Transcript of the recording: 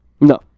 no